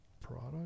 product